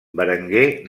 berenguer